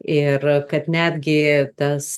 ir kad netgi tas